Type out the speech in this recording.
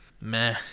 meh